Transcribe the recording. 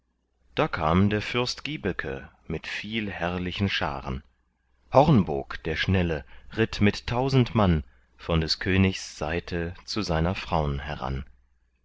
da kam der fürst gibeke mit viel herrlichen scharen hornbog der schnelle ritt mit tausend mann von des königs seite zu seiner fraun heran